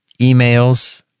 Emails